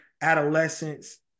adolescents